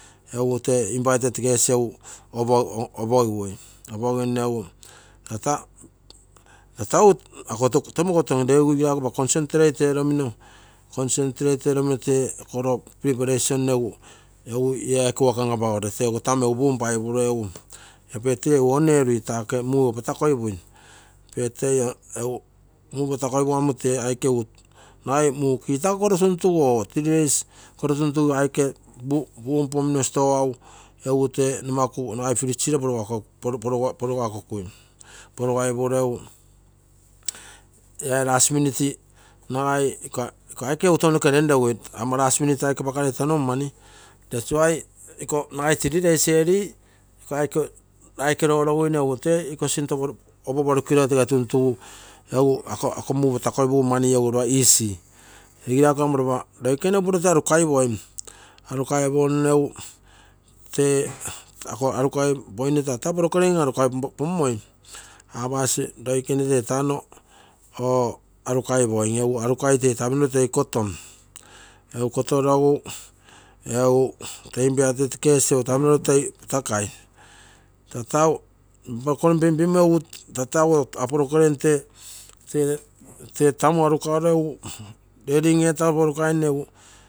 Tee invited guest opogigui. ako tata egu kotom egu concentrate eromino egu tamu egu punpapuro. ia birthday egu on erui. taa mule egu patakoipui. muu kelta ko koro tuntugu tee aike three days koro koro tuntugu punpomino nagai freeze oo kule porugakomino. Egu la last minute iko aike. apakarei tono mani three days early. ea kamo ropa roikene upuro toi arugaipoim. arugu tee tapmoro toi kotom. pempegu egu tee tamu arukaro redim etaro porukaro.